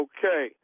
Okay